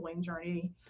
journey